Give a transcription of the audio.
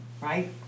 Right